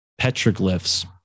petroglyphs